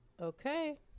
Okay